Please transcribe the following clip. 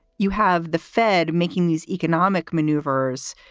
you have the fed making these economic maneuvers,